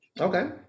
Okay